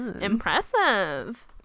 impressive